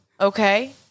okay